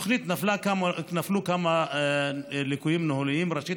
בתוכנית נפלו כמה ליקויים מהותיים: ראשית,